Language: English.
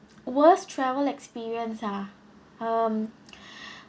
worst travel experience ah um